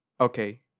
Okay